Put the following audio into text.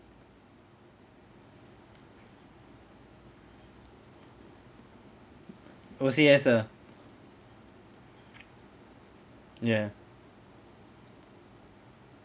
O_C_S ah ya